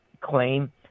claim